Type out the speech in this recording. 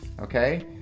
okay